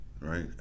right